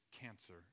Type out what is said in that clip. cancer